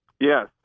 Yes